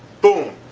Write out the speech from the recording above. boom,